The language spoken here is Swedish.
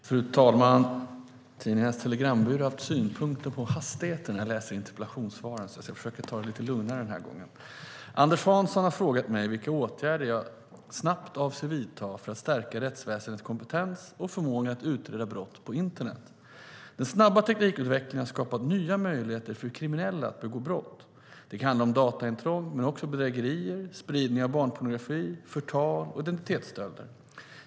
Fru talman! Tidningarnas Telegrambyrå har haft synpunkter på hastigheten när jag läser interpellationssvaren, så jag ska försöka ta det lite lugnare. Anders Hansson har frågat mig vilka åtgärder jag snabbt avser att vidta för att stärka rättsväsendets kompetens och förmåga att utreda brott på internet. Den snabba teknikutvecklingen har skapat nya möjligheter för kriminella att begå brott. Det kan handla om dataintrång men också bedrägerier, spridning av barnpornografi, förtal och identitetsstölder.